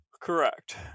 Correct